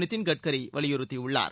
நிதின் கட்கரி வலியுறுத்தியுள்ளார்